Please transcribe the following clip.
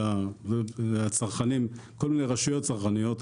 אלא כל מיני רשויות צרכניות,